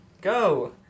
Go